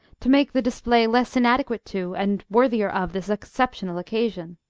to make the display less inadequate to, and worthier of, this exceptional occasion.